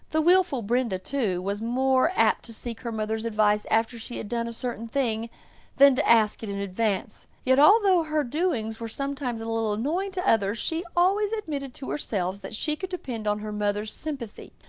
the wilful brenda, too, was more apt to seek her mother's advice after she had done a certain thing than to ask it in advance. yet although her doings were sometimes a little annoying to others, she always admitted to herself that she could depend on her mother's sympathy.